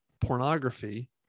pornography